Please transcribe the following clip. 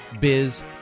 Biz